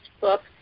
book